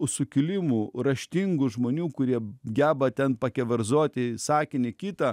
sukilimų raštingų žmonių kurie geba ten pakeverzoti sakinį kitą